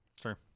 Sure